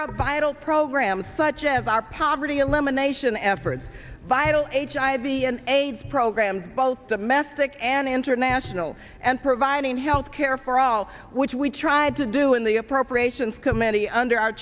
her a vital programs such as our poverty elimination efforts vital h i b and aids programs both domestic and international and providing health care for all which we tried to do in the appropriations committee under our